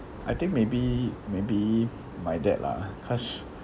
I think maybe maybe my dad lah cause